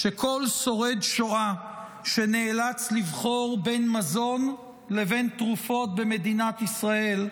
כל שורד שואה שנאלץ לבחור בין מזון לבין תרופות במדינת ישראל,